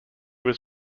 was